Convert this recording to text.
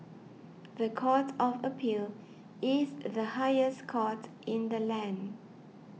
the Court of Appeal is the highest court in the land